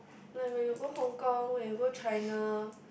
like when you go Hong Kong when you go China